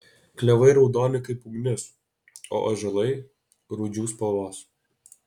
klevai raudoni kaip ugnis o ąžuolai rūdžių spalvos